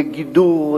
לגידור,